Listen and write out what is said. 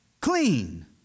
clean